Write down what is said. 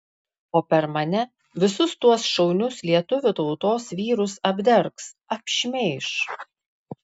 o per mane visus tuos šaunius lietuvių tautos vyrus apdergs apšmeiš